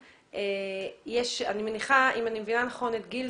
אם אני מבינה נכון את גיל,